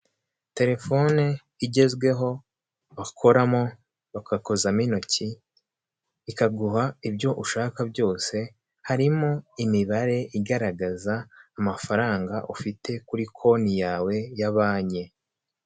Telefone igezweho bakoramo, bagakozamo intoki, ikaguha ibyo ushaka byose, harimo imibare igaragaza amafaranga ufite kuri konti yawe ya banki.